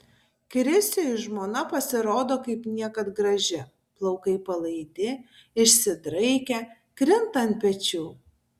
krisiui žmona pasirodo kaip niekad graži plaukai palaidi išsidraikę krinta ant pečių